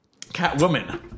Catwoman